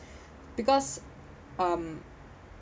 because um